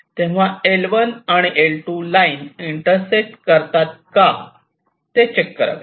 तेव्हा L1 आणि L2 line intersect करतात का ते चेक करावे